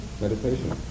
meditation